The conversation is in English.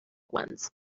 ones